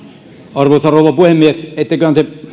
arvoisa rouva puhemies etteköhän te